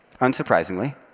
unsurprisingly